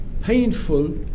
painful